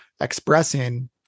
expressing